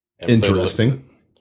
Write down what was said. Interesting